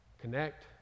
connect